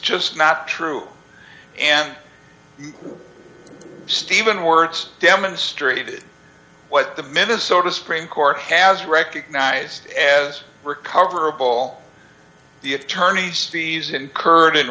just not true and stephen words demonstrated what the minnesota supreme court has recognized as recoverable the attorney's fees incurred in